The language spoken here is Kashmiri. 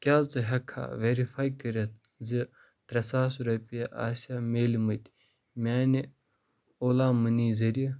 کیٛاہ ژٕ ہیٚکہٕ کھا ویرِفاے کٔرِتھ زِ ترٛےٚ ساس رۄپیہِ ٲسیٛاہ میلیٛامِتۍ میٛانہِ اولا موٚنی ذریعہٕ